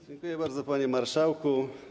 Dziękuję bardzo, panie marszałku.